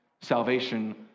salvation